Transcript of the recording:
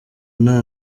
nta